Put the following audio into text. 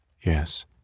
Yes